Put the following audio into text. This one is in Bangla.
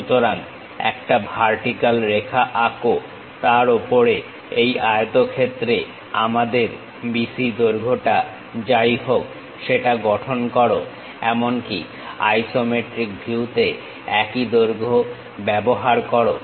সুতরাং একটা ভার্টিক্যাল রেখা আঁকো তার ওপরে এই আয়তক্ষেত্রে আমাদের BC দৈর্ঘ্যটা যাই হোক সেটা গঠন করো এমনকি আইসোমেট্রিক ভিউ তে একই দৈর্ঘ্য ব্যবহার করো